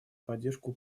поддержку